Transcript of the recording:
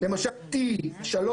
למשל T15,